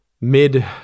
mid